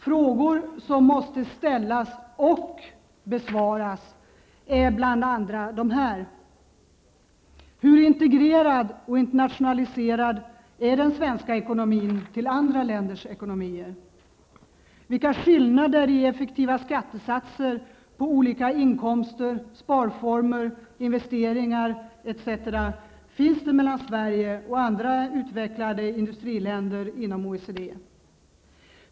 Frågor som måste ställas och besvaras är bl.a. följande: Hur internationaliserad och integrerad i andra länders ekonomier är den svenska ekonomin? Vilka skillnader i effektiva skattesatser på olika inkomster, sparformer, investeringar, etc. finns mellan Sverige och andra utvecklade industriländer inom OECD?